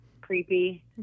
creepy